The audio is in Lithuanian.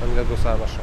ant ledų sąnašų